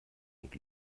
und